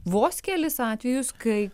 vos kelis atvejus kai